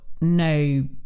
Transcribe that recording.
no